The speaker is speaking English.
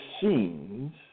scenes